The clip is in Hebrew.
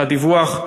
על הדיווח.